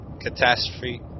catastrophe